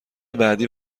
بعدی